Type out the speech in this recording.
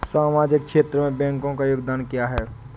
सामाजिक क्षेत्र में बैंकों का योगदान क्या है?